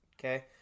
okay